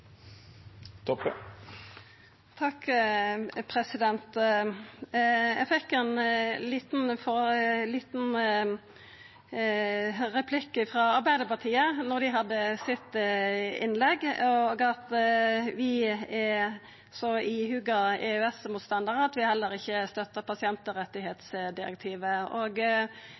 Eg fekk ein liten replikk frå Arbeidarpartiet da dei hadde innlegget sitt, om at vi er så ihuga EØS-motstandarar at vi heller ikkje støttar